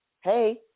hey